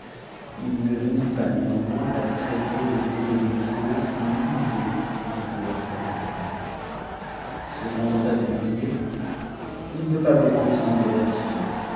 h ne voulut pas néanmoins la traiter de désobéissance ni user du pouvoir paternel il se contenta df lui dire je ne veux pas vous contraindre là-dessus